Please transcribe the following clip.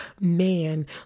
man